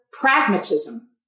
pragmatism